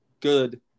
good